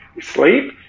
Sleep